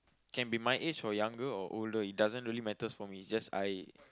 can be my age or younger or older it doesn't really matters for me it's just I